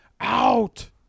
out